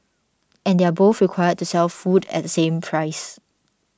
and they're both required to sell food at the same price